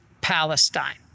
Palestine